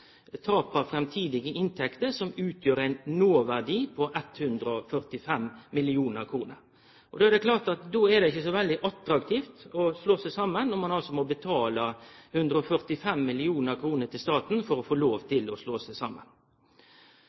tape framtidige inntekter som utgjer ein noverdi på 145 mill. kr. Det er klart det ikkje er så veldig attraktivt å slå seg saman når ein må betale 145 mill. kr til staten for å få lov til å slå seg saman.